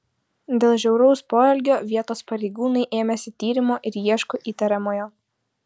dėl žiauraus poelgio vietos pareigūnai ėmėsi tyrimo ir ieško įtariamojo